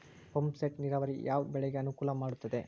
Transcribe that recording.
Pump set ನೇರಾವರಿ ಯಾವ್ ಬೆಳೆಗೆ ಅನುಕೂಲ ಮಾಡುತ್ತದೆ?